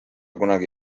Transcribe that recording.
kunagi